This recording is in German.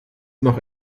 noch